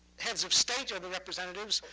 heads of state or the representatives,